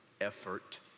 effort